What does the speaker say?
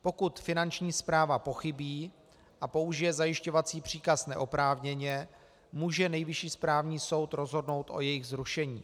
Pokud Finanční správa pochybí a použije zajišťovací příkaz neoprávněně, může Nejvyšší správní soud rozhodnout o jejich zrušení.